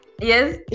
yes